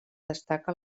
destaca